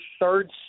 third